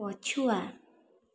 ପଛୁଆ